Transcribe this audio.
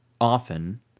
often